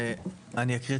כן, אני אקריא.